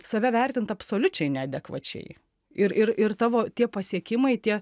save vertint absoliučiai neadekvačiai ir ir ir tavo tie pasiekimai tie